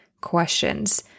Questions